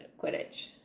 Quidditch